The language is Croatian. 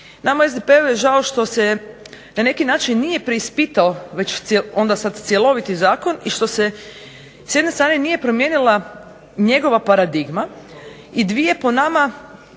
nama u SDP je žao što se na neki način nije preispitao već onda sada cjeloviti zakon i što se s jedne strane nije promijenila njegova paradigma i dvije velike